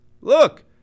look